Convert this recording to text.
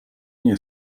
nie